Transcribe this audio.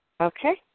okay